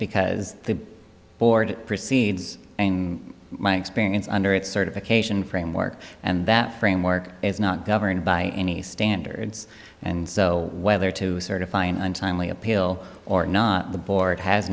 because the board proceeds in my experience under it certification framework and that framework is not governed by any standards and so whether to certify an untimely appeal or not the board has